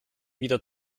wieder